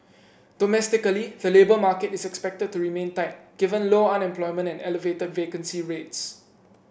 domestically the labour market is expected to remain tight given low unemployment and elevated vacancy rates